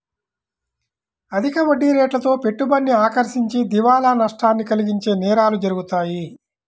అధిక వడ్డీరేట్లతో పెట్టుబడిని ఆకర్షించి దివాలా నష్టాన్ని కలిగించే నేరాలు జరుగుతాయి